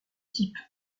type